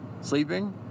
sleeping